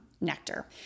nectar